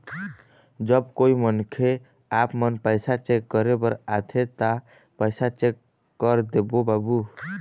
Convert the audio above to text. जब कोई मनखे आपमन पैसा चेक करे बर आथे ता पैसा चेक कर देबो बाबू?